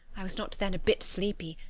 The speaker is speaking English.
i was not then a bit sleepy,